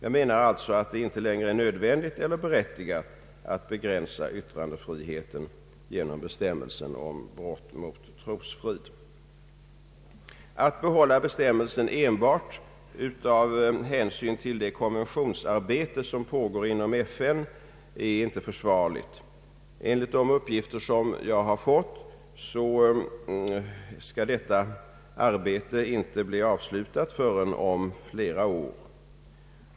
Jag menar alltså att det inte längre är nödvändigt eller berättigat att begränsa yttrandefriheten genom bestämmelsen om brott mot trosfrid. Att behålla bestämmelsen enbart av hänsyn till det konventionsarbete som pågår inom FN är inte försvarligt. Enligt de uppgifter jag har fått skall detta arbete inte bli avslutat förrän om flera år.